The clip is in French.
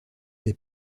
des